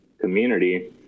community